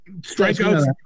Strikeouts